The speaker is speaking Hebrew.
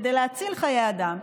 כדי להציל חיי אדם.